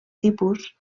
tipus